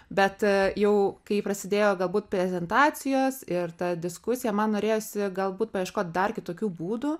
bet jau kai prasidėjo galbūt prezentacijos ir ta diskusija man norėjosi galbūt paieškot dar kitokių būdų